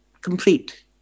complete